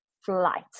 flight